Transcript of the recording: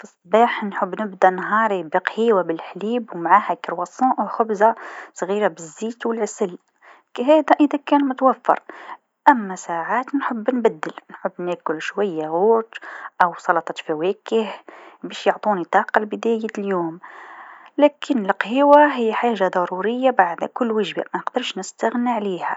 في الصباح نحب نبدأ نهاري بقهيوا بالحليب ومعاها الكرواسون و خبزه صغيره بالزيت و العسل هذا إذا كان متوفر، أما ساعات نحب نبدل نحب ناكل ياغورت أو سلطة فواكه باش يعطوني الطاقه لبداية اليوم، لكن القهيوا هي حاجه ضروريه بعد كل وجبةطه منقدرش نستغنى عليها.